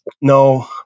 no